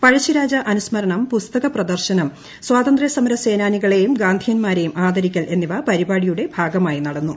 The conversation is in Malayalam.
പഴശ്ശിരാജ അനുസ്മരണം പുസ്തകപ്രദർശനം സ്വാതന്തൃസമര സേനാനികളെയും ഗാന്ധിയന്മാരെയും ആദരിക്കൽ എന്നിവ പരിപാടിയുടെ ഭാഗമായി നടന്നു